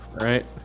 Right